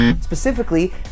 Specifically